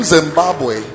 Zimbabwe